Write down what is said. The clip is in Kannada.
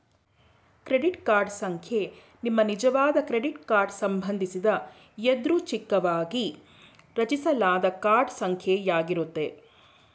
ಕ್ರೆಡಿಟ್ ಕಾರ್ಡ್ ಸಂಖ್ಯೆ ನಿಮ್ಮನಿಜವಾದ ಕ್ರೆಡಿಟ್ ಕಾರ್ಡ್ ಸಂಬಂಧಿಸಿದ ಯಾದೃಚ್ಛಿಕವಾಗಿ ರಚಿಸಲಾದ ಕಾರ್ಡ್ ಸಂಖ್ಯೆ ಯಾಗಿರುತ್ತೆ